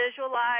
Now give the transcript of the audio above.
visualize